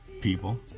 people